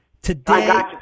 Today